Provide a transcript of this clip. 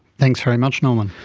thanks very much norman.